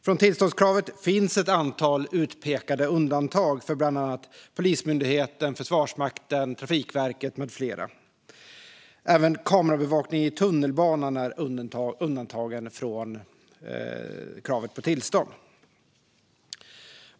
Från tillståndskravet finns ett antal utpekade undantag för bland annat Polismyndigheten, Försvarsmakten och Trafikverket. Även kamerabevakning i tunnelbanan är undantagen från kravet på tillstånd.